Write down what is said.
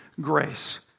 grace